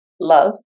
love